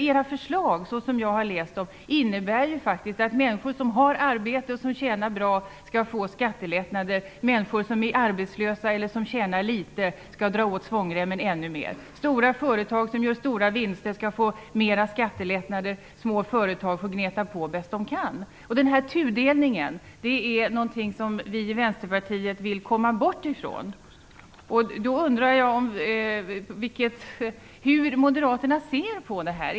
Era förslag, så som jag har läst dem, innebär faktiskt att människor som har arbete och som tjänar bra skall få skattelättnader, och människor som är arbetslösa eller som tjänar litet skall dra åt svångremmen ännu mer. Stora företag som gör stora vinster skall få mer skattelättnader, och små företag får gneta på bäst de kan. Denna tudelning är någonting som vi i Vänsterpartiet vill komma bort ifrån. Därför undrar jag hur Moderaterna ser på det här.